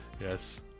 Yes